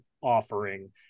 offering